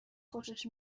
خوشش